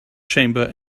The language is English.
chamber